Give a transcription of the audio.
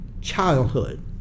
childhood